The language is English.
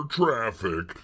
traffic